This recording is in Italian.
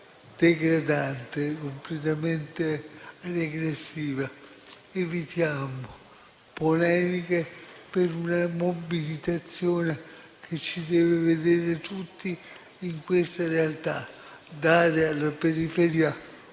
degradante e regressiva. Evitiamo polemiche, per una mobilitazione che ci deve vedere tutti, in queste realtà, dare alla periferia